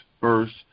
first